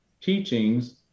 teachings